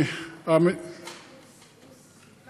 מה